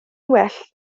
well